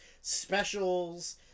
specials